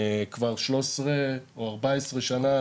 כבר שלוש עשרה או ארבע עשרה שנה,